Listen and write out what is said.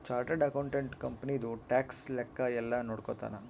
chartered accountant ಕಂಪನಿದು tax ಲೆಕ್ಕ ಯೆಲ್ಲ ನೋಡ್ಕೊತಾನ